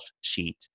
sheet